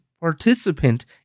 participant